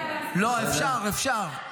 --- לא, אפשר, אפשר.